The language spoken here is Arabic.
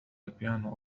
البيانو